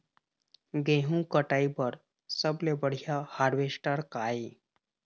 गेहूं कटाई बर सबले बढ़िया हारवेस्टर का ये?